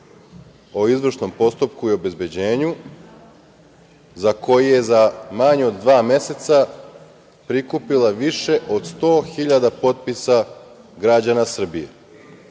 o izvršnom postupku i obezbeđenju za koji je za manje od dva meseca prikupila više od 100.000 potpisa građana Srbije. Budući